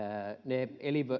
he